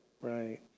Right